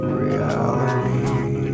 reality